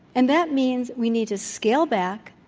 and that means we need to scale back,